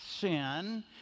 sin